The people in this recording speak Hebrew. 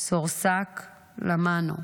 סורסק רומנאו,